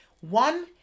One